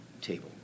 table